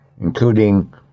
including